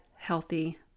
healthy